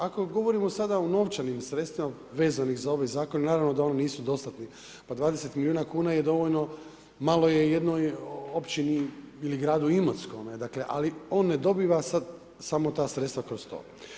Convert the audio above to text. Ako govorimo sada o novčanim sredstvima vezanim za ovaj zakon, naravno da ona nisu dostatni, pa 20 milijuna kuna je dovoljno, malo je jednoj općini ili gradu Imotskome, dakle ali on ne dobiva sad samo ta sredstva kroz to.